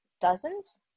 Dozens